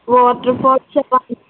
water falls